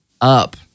up